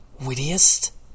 wittiest